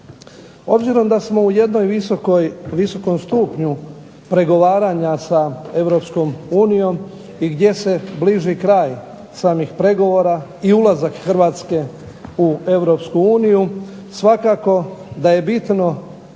Obzirom da smo u jednom visokom stupnju pregovaranja sa Europskom unijom i gdje se bliži kraj samih pregovora i ulazak Hrvatske u Europsku uniju, svakako da je bitno